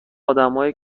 آدمایی